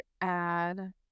add